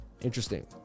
Interesting